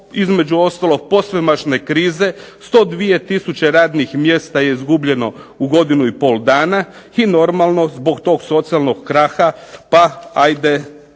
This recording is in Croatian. između ostalog posvemašnje krize. 102 tisuće radnih mjesta je izgubljeno u godinu i pol dana i normalno, zbog tog socijalnog kraha pa ajde